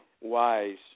wise